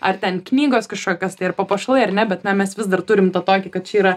ar ten knygos kažkokios tai ar papuošalai ar ne bet na mes vis dar turim to tokį kad čia yra